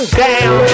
down